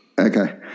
Okay